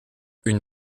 une